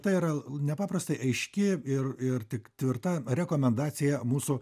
tai yra nepaprastai aiški ir ir tik tvirta rekomendacija mūsų